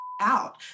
out